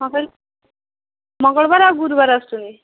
କ'ଣ କହିଲେ ମଙ୍ଗଳବାରରେ ଆଉ ଗୁରୁବାରରେ ଆସୁଛନ୍ତି